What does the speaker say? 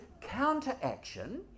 counteraction